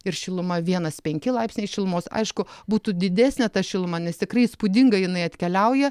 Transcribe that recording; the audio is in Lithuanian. ir šiluma vienas penki laipsniai šilumos aišku būtų didesnė ta šiluma nes tikrai įspūdinga jinai atkeliauja